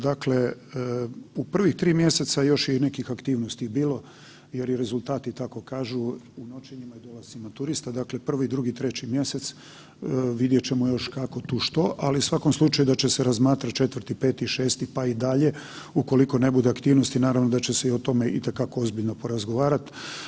Dakle, u prvih tri mjeseca još je i nekih aktivnosti bilo jer i rezultati tako kažu u noćenjima i dolascima turista, dakle 1., 2., 3. mjesec vidjet ćemo kako tu što, ali u svakom slučaju da će se razmatrati 4., 5. i 6. pa i dalje ukoliko ne bude aktivnosti naravno da će se i o tome itekako ozbiljno porazgovarat.